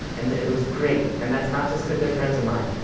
and it was great, and that's not just because they're friends of mine,